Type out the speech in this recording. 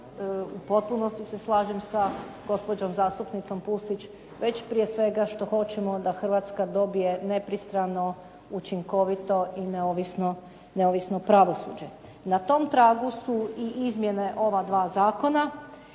U potpunosti se slažem sa gospođom zastupnicom Pusić, već prije svega što hoćemo da Hrvatska dobije nepristrano, učinkovito i neovisno pravosuđe. Na tom tragu su izmjene ova dva zakona